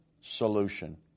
Solution